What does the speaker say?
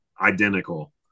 Identical